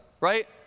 right